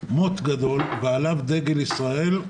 קטנה ובמרכזה מוט גדול ועליו דגל ישראל,